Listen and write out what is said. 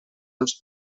dels